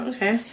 Okay